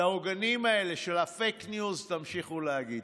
של הפייק ניוז תמשיכו להגיד.